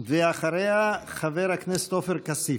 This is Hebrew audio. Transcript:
ואחריה, חבר הכנסת עופר כסיף.